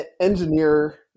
engineer